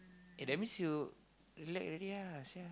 eh that means you relax already ah sia